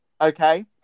Okay